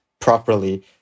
properly